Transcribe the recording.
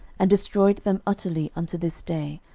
and destroyed them utterly unto this day,